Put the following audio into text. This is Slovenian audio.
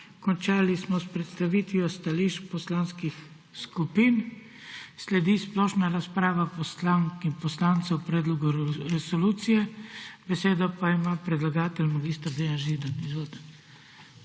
Končali smo s predstavitvijo stališč poslanskih skupin. Sledi splošna razprava poslank in poslancev o predlogu resolucije. Besedo pa ima predlagatelj mag. Dejan Židan. Izvolite.